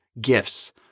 gifts